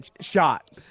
shot